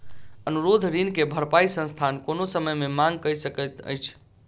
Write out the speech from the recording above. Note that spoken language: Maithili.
अनुरोध ऋण के भरपाई संस्थान कोनो समय मे मांग कय सकैत अछि